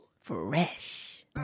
Fresh